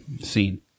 scene